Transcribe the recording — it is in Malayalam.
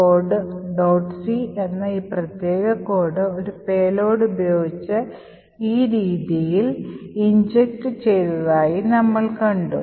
c എന്ന ഈ പ്രത്യേക കോഡ് ഒരു പേലോഡുപയോഗിച്ച് ഈ രീതിയിൽ കുത്തിവച്ചതായി നമ്മൾ കണ്ടു